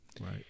Right